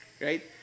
right